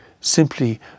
simply